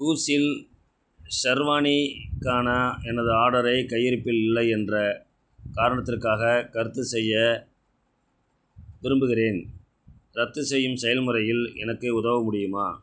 கூவ்ஸ் இல் ஷெர்வானிக்கான எனது ஆர்டரை கையிருப்பில் இல்லை என்ற காரணத்திற்காக கருத்து செய்ய விரும்புகிறேன் ரத்து செய்யும் செயல்முறையில் எனக்கு உதவ முடியுமா